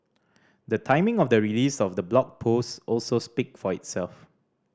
the timing of the release of the blog post also speak for itself